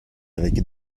avec